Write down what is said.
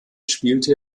spielte